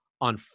on